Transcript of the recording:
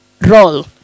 role